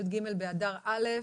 י"ג באדר א'